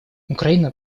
украина